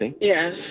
Yes